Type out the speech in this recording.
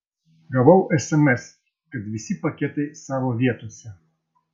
gavau sms kad visi paketai savo vietose